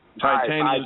Titanium